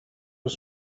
was